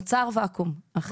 נוצר ואקום, אכן.